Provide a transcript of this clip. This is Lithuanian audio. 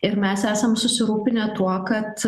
ir mes esam susirūpinę tuo kad